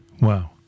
Wow